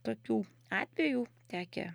tokių atvejų tekę